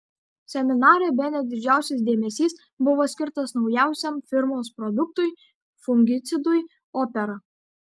seminare bene didžiausias dėmesys buvo skirtas naujausiam firmos produktui fungicidui opera